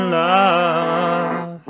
love